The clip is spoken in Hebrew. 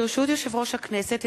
ברשות יושב-ראש הכנסת,